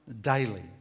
daily